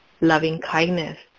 loving-kindness